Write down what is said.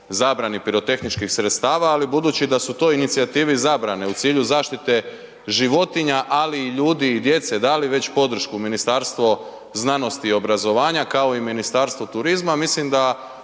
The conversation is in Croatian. zabrani pirotehničkih sredstava, ali budući da su toj inicijativi zabrane u cilju zaštite životinja, ali i ljudi i djece, dali već podršku Ministarstvo znanosti i obrazovanja, kao i Ministarstvo turizma, mislim da